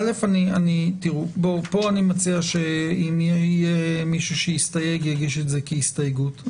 אני מציע שאם יהיה מישהו שיסתייג שיגיש את זה כהסתייגות.